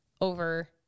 over